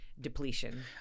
Depletion